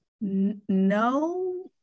No